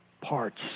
parts